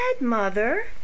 mother